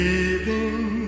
Leaving